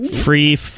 free